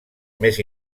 més